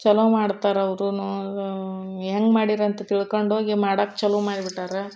ಚಲೋ ಮಾಡ್ತಾರ ಅವ್ರೂನು ಹೆಂಗ್ ಮಾಡೀರಿ ಅಂತ ತಿಳ್ಕೊಂಡೋಗಿ ಮಾಡಕ್ಕೆ ಚಾಲೂ ಮಾಡಿಬಿಟ್ಟಾರ